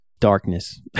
darkness